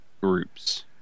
groups